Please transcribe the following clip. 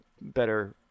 better